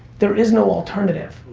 there is no alternative.